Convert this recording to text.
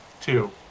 Two